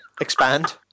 Expand